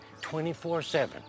24/7